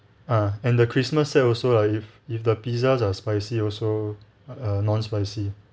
ah and the christmas set also lah if if the pizzas are spicy also err non spicy